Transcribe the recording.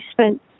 spent